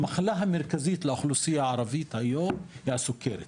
המחלה המרכזית לאוכלוסייה הערבית היום היא הסכרת,